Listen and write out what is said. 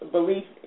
Belief